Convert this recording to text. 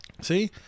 See